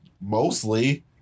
mostly